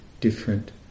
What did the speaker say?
different